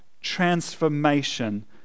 transformation